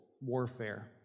warfare